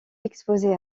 exposés